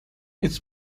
it’s